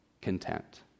content